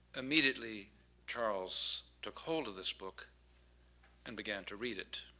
immediately charles took hold of this book and began to read it.